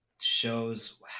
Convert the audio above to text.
shows